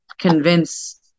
convince